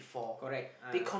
correct ah